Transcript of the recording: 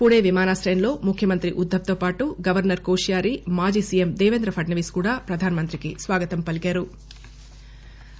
పుణె విమానాశ్రయంలో ముఖ్యమంత్రి ఉద్గవ్తో పాటు గవర్సర్ కోశ్యారీ మాజీ సీఎం దేవేంద్ర ఫడ్ప వీస్ కూడా ప్రధానమంత్రికి స్వాగతం పలికారు